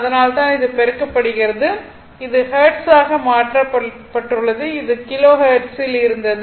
அதனால்தான் இது பெருக்கப்படுகிறது இது ஹெர்ட்ஸாக மாற்றப்படுகிறது அது கிலோ ஹெர்ட்ஸில் இருந்தது